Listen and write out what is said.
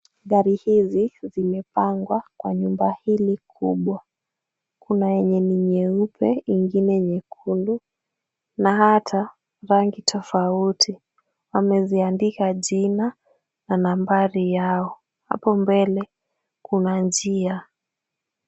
Gari hizi zimepangwa kwa nyumba hili kubwa. Kuna yenye ni nyeupe, ingine nyekundu na hata rangi tofauti. Wameziandika jina na nambari yao. Hapo mbele kuna njia.